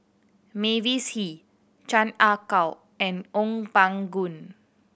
Mavis Hee Chan Ah Kow and Ong Pang Goon